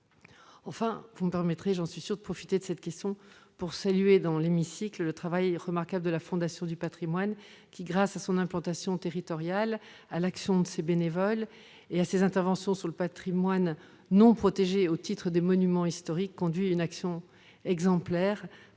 Enfin, vous me permettrez, j'en suis sûre, de profiter de cette question pour saluer dans cet hémicycle le travail remarquable de la Fondation du patrimoine qui, grâce à son implantation territoriale, à l'action de ses bénévoles et à ses interventions sur le patrimoine non protégé au titre des monuments historiques, conduit une action exemplaire,